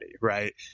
right